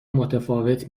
متفاوت